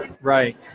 right